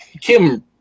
Kim